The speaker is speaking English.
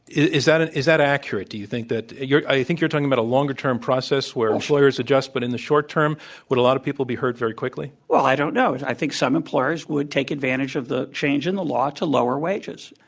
is that ah is that accurate? do you think that you're i think you're talking about a longer-term process, where employers adjust, but in the short-term, would a lot of people be hurt very quickly? well, i don't know. i think some employers would take advantage of the change in the law to lower wages.